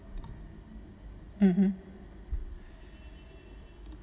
mm mm